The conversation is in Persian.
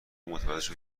متوجه